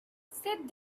sit